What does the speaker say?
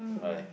why